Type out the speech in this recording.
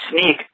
sneak